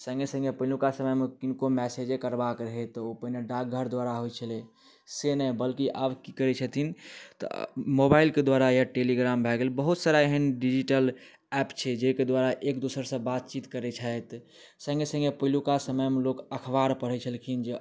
सङ्गे सङ्गे पहिलुका समयमे किनको मेसेजे करबाके रहै तऽ ओ पहिने डाकघर द्वारा होइ छलै से नहि बल्कि आब कि करै छथिन तऽ मोबाइलके द्वारा या टेलीग्राम भऽ गेल बहुत सारा एहन डिजिटल ऐप छै जाहिके द्वारा एक दोसरसँ बातचीत करै छथि सङ्गे सङ्गे पहिलुका समयमे लोक अखबार पढ़ै छलखिन जे